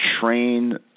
train